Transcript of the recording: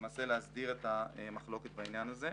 למעשה, להסדיר את המחלוקת בעניין הזה.